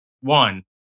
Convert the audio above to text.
one